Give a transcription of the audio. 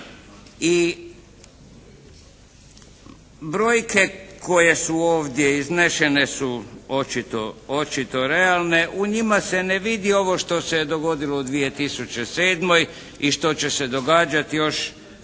i brojke koje su ovdje iznešene su očito realne. U njima se ne vidi ovo što se je dogodilo u 2007. i što će se događati još